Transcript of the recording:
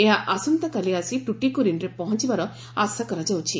ଏହା ଆସନ୍ତାକାଲି ଆସି ଟୁଟିକୋରିନ୍ରେ ପହଞ୍ଚବାର ଆଶା କରାଯାଉଛି